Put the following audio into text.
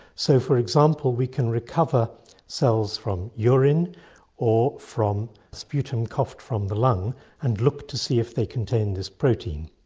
so, for example, we can recover cells from urine or from sputum coughed from the lung and look to see if they contain this protein.